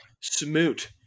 Smoot